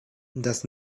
does